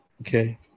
Okay